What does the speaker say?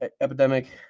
epidemic